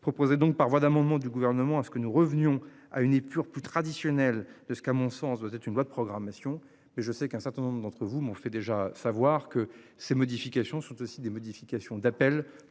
détail. Donc, par voie d'amendement du gouvernement à ce que nous revenions à une épure plus traditionnels de ce qu'à mon sens, doit être une loi de programmation, mais je sais qu'un certain nombre d'entre vous m'ont fait déjà savoir que ces modifications sont aussi des modifications d'appel